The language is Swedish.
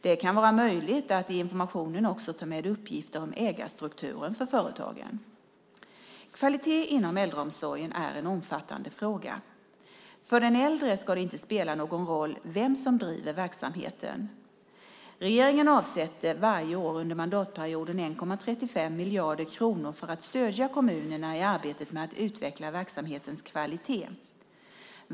Det kan vara möjligt att i informationen också ta med uppgifter om ägarstrukturen för företagen. Kvalitet inom äldreomsorgen är en omfattande fråga. För den äldre ska det inte spela någon roll vem som driver verksamheten. Regeringen avsätter varje år under mandatperioden 1,35 miljarder kronor för att stödja kommunerna i arbetet med att utveckla verksamhetens kvalitet.